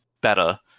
better